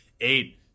eight